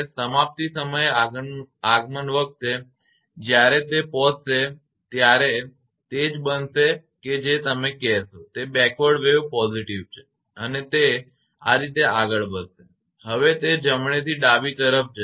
સમાપ્તિ સમયે આગમન વખતે જ્યારે તે પહોંચશે ત્યારે તે જ બનશે કે જે તમે કહેશો તે બેકવર્ડ વેવ positive છે અને તે આ રીતે આગળ વધશે હવે તે જમણેથી ડાબે તરફ જશે